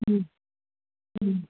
ꯎꯝ ꯎꯝ